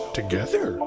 together